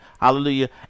hallelujah